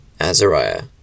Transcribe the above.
Azariah